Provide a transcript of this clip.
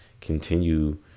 continue